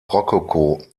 rokoko